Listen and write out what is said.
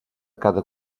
cada